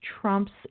trumps